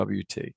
WT